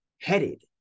headed